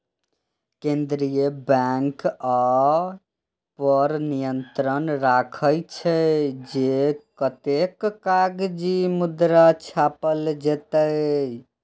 केंद्रीय बैंक अय पर नियंत्रण राखै छै, जे कतेक कागजी मुद्रा छापल जेतै